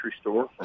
store